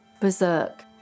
berserk